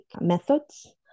methods